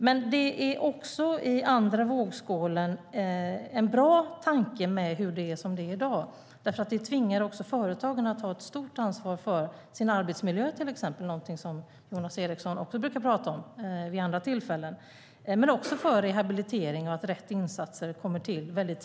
Men när det gäller den andra vågskålen är det en bra tanke med det som gäller i dag eftersom det tvingar företagen att ta ett stort ansvar för till exempel sin arbetsmiljö - vilket Jonas Eriksson också brukar tala om vid andra tillfällen - men också för rehabilitering och att rätt insatser sker mycket tidigt.